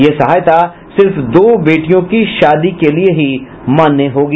यह सहायता सिर्फ दो बेटियों की शादी के लिए ही मान्य होगी